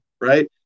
right